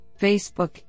Facebook